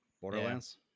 Borderlands